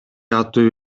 аттуу